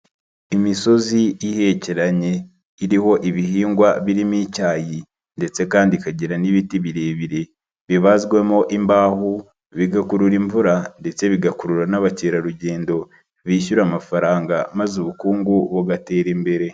Imisozi ihekeranye iriho ibihingwa birimo icyayi ndetse kandi ikagira n'ibiti birebire bibazwamo imbaho, bigakurura imvura ndetse bigakurura n'abakerarugendo bishyura amafaranga maze ubukungu bugatera imbere.